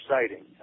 exciting